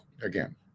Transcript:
again